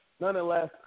nonetheless